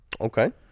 Okay